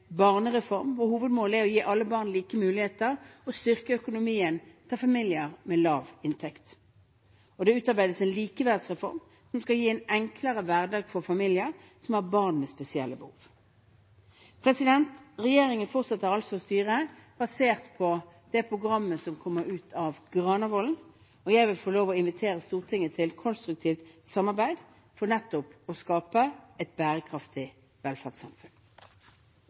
hovedmålet er å gi alle barn like muligheter og styrke økonomien til familier med lav inntekt, og det utarbeides en likeverdsreform, som skal gi en enklere hverdag for familier som har barn med spesielle behov. Regjeringen fortsetter altså å styre basert på det programmet som kom ut av Granavolden, og jeg vil få lov å invitere Stortinget til konstruktivt samarbeid for nettopp å skape et bærekraftig velferdssamfunn.